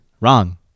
Wrong